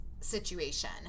situation